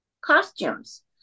costumes